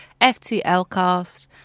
FTLcast